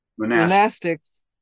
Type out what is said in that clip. Monastics